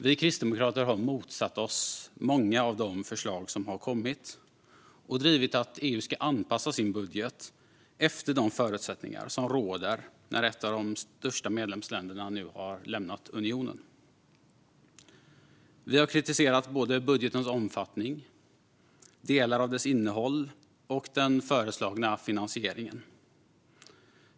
Vi kristdemokrater har motsatt oss många av de förslag som har kommit, och vi har drivit att EU ska anpassa sin budget efter de förutsättningar som råder när ett av de största medlemsländerna nu har lämnat unionen. Vi har kritiserat budgetens omfattning, delar av dess innehåll och den föreslagna finansieringen.